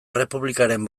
errepublikaren